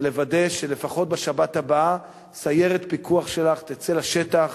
ונוודא שלפחות בשבת הבאה סיירת פיקוח שלך תצא לשטח